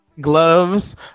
gloves